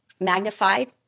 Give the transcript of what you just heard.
magnified